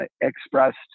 expressed